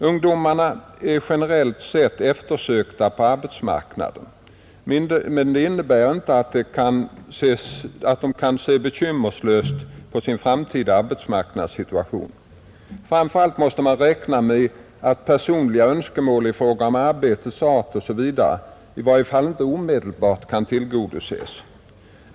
Ungdomarna är generellt sett eftersökta på arbetsmarknaden, men det innebär inte att de kan se bekymmerslöst på sin framtida arbetsmarknadssituation. Framför allt måste man räkna med att personliga önskemål i fråga om arbetets art osv. i varje fall inte omedelbart kan tillgodoses.